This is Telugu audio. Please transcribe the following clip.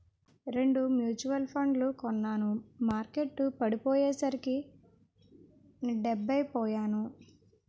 రెండు మ్యూచువల్ ఫండ్లు కొన్నాను మార్కెట్టు పడిపోయ్యేసరికి డెబ్బై పొయ్యాను